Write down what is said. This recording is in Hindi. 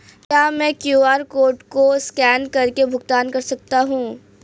क्या मैं क्यू.आर कोड को स्कैन करके भुगतान कर सकता हूं?